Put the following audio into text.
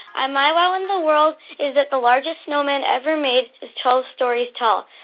and my wow in the world is that the largest snowman ever made is twelve stories tall.